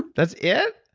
that's it?